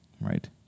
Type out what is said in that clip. right